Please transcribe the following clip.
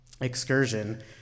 excursion